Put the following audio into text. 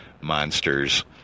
monsters